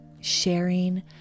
sharing